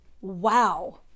wow